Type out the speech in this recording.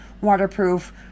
waterproof